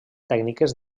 tècniques